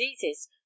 diseases